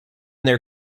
their